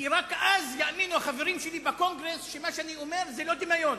כי רק אז יאמינו החברים שלי בקונגרס שמה שאני אומר זה לא דמיון.